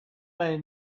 may